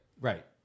Right